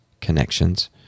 connections